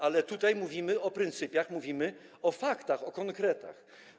Ale tutaj mówimy o pryncypiach, mówimy o faktach, o konkretach.